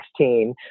2016